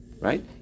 right